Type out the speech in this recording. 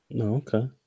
Okay